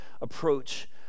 approach